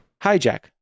Hijack